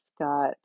got